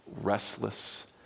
restless